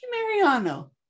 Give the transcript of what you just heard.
mariano